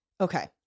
Okay